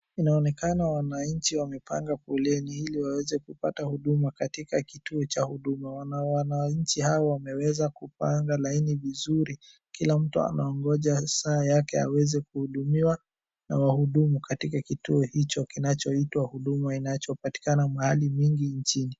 Inaonekana wananchi wamepanga foleni ili waweze kupata huduma katika kituo cha Huduma. Wananchi hawa wameweza kupanga laini vizuri, kila mtu anaongoja saa yake aweze kuhudumiwa, na wahudumu katika kituo hicho kinachoitwa Huduma, inachopatikana mahali mingi nchini.